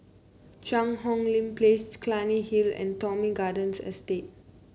Cheang Hong Lim Place Clunny Hill and Thomson Garden Estate